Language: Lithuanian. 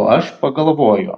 o aš pagalvoju